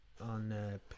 on